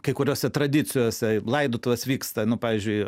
kai kuriose tradicijose laidotuvės vyksta nu pavyzdžiui